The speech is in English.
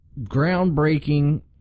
groundbreaking